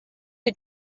who